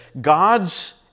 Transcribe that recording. God's